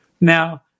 Now